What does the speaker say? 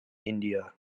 india